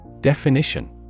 Definition